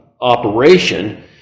operation